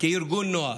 וכארגון נוער.